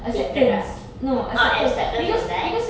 hatred ah oh acceptance from that